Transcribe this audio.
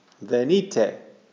Venite